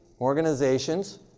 organizations